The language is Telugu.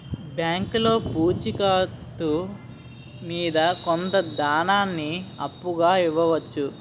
బ్యాంకులో పూచి కత్తు మీద కొంత ధనాన్ని అప్పుగా ఇవ్వవచ్చు